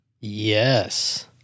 Yes